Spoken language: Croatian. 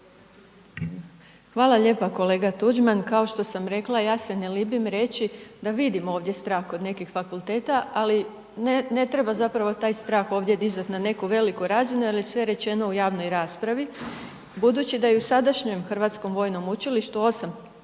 Hvala lijepa kolega Tuđman. Kao što sam rekla, ja se ne libim reći da vidim ovdje strah kod nekih fakulteta, ali ne treba zapravo taj strah ovdje dizati na neku veliku razinu jer je sve rečeno u javnoj raspravi. Budući da i u sadašnjem Hrvatskom vojnom učilištu 8